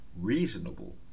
Reasonable